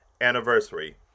anniversary